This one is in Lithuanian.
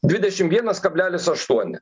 dvidešim vienas kablelis aštuoni